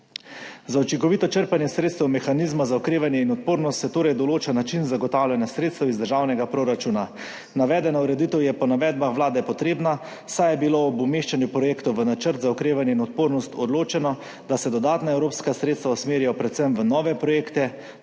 Za učinkovito črpanje sredstev mehanizma za okrevanje in odpornost se torej določa način zagotavljanja sredstev iz državnega proračuna. Navedena ureditev je po navedbah vlade potrebna, saj je bilo ob umeščanju projektov v načrt za okrevanje in odpornost odločeno, da se dodatna evropska sredstva usmerijo predvsem v nove projekte,